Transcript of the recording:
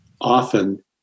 often